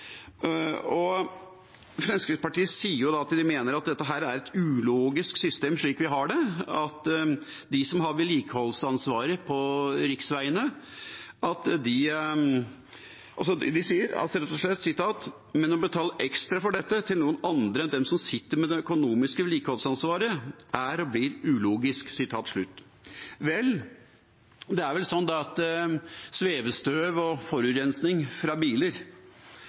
signert Fremskrittspartiet. Fremskrittspartiet mener at det er et ulogisk system ut fra vedlikeholdsansvaret på riksveiene, og at «å betale ekstra for dette til noen andre enn dem som sitter med det økonomiske vedlikeholdsansvaret, er og blir ulogisk». Vel, svevestøv og forurensning fra biler